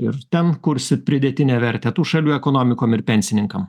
ir ten kursit pridėtinę vertę tų šalių ekonomikom ir pensininkam